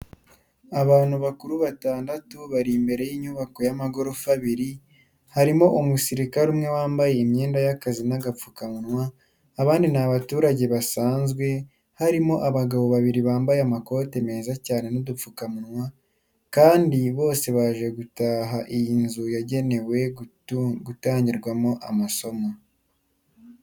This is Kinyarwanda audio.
Abantu bakuru batandatu bari imbere y'inyubako y'amagorofa abiri, harimo umusirikare umwe wambaye imyenda y'akazi n'agapfukamunwa, abandi ni abaturage basanzwe harimo abagabo babiri bambaye amakote meza cyane n'udupfukamunwa. Kandi bose baje gutaha iyi nzu yagenewe gutangirwamo amasomo.